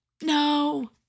No